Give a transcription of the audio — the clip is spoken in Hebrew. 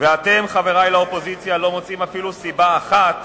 ואתם, חברי באופוזיציה, לא מוצאים אפילו סיבה אחת